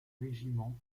régiments